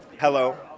Hello